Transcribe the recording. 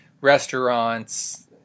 restaurants